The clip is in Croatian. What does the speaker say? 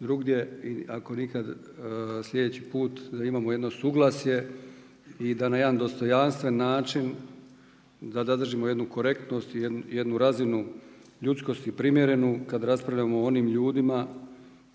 drugdje i ako nikad sljedeći put da imamo jedno suglasje i da na jedan dostojanstven način da zadržimo jednu korektnost i jednu razinu ljudskosti primjerenu kada raspravljamo o onim ljudima